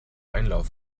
einlauf